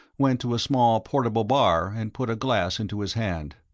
went to a small portable bar and put a glass into his hand.